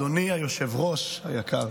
אדוני היושב-ראש היקר,